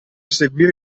seguire